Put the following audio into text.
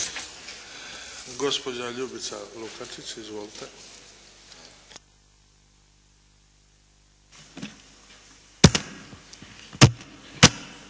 Hvala.